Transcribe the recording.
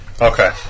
Okay